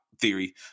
theory